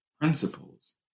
principles